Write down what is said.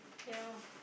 ya